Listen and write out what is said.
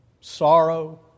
sorrow